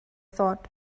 thought